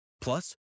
Plus